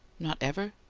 not ever?